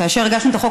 כאשר הגשנו את החוק,